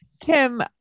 Kim